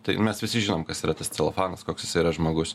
tai mes visi žinom kas yra tas celofanas koks jisai yra žmogus